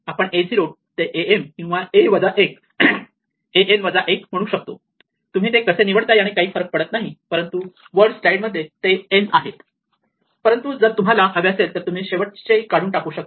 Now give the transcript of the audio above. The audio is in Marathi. आपण a 0 ते a m किंवा a वजा 1 a n वजा 1 म्हणू शकतो तुम्ही ते कसे निवडता याने काही फरक पडत नाही परंतु वर स्लाईड मध्ये ते n आहे परंतु जर तुम्हाला हवे असेल तर तुम्ही हे शेवटचे काढून टाकू शकता